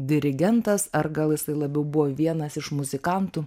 dirigentas ar gal jisai labiau buvo vienas iš muzikantų